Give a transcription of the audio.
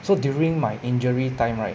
so during my injury time right